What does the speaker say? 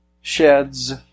sheds